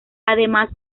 además